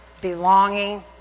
belonging